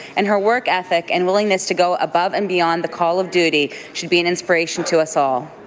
and her work ethic and willingness to go above and beyond the call of duty should be an inspiration to us all.